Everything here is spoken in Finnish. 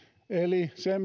eli se